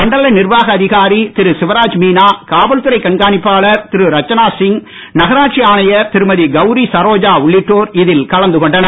மண்டல நிர்வாக அதிகாரி திரு சிவராஜ் மீனா காவல்துறை கண்காணிப்பாளர் திருமதி ரச்சனா சிங் நகராட்சி ஆணையர் திருமதி கௌரி சரோஜா உள்ளிட்டோர் இதில் கலந்து கொண்டனர்